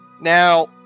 Now